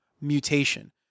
mutation